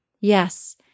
Yes